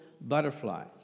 butterfly